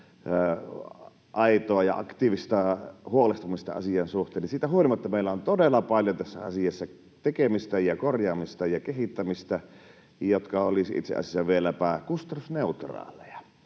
aitoa ja aktiivista huolestumista asian suhteen, niin siitä huolimatta meillä on todella paljon tässä asiassa tekemistä ja korjaamista ja kehittämistä, ja nämä teot olisivat itse asiassa vieläpä kustannusneutraaleja.